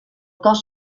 cost